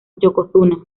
yokozuna